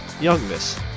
youngness